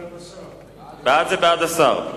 בעד, זה בעד השר.